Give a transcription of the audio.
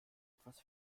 etwas